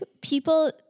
people